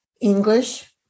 English